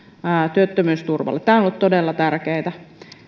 työttömyysturvalla tämä on ollut todella tärkeätä